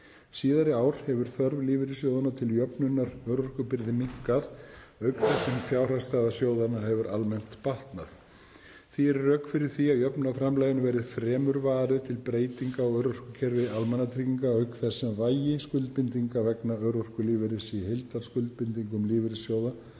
Síðari ár hefur þörf lífeyrissjóðanna til jöfnunar örorkubyrði minnkað auk þess sem fjárhagsstaða sjóðanna hefur almennt batnað. Því eru rök fyrir því að jöfnunarframlaginu verði fremur varið til breytinga á örorkukerfi almannatrygginga auk þess sem vægi skuldbindinga vegna örorkulífeyris í heildarskuldbindingum lífeyrissjóða